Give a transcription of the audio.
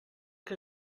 que